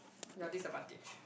your disadvantage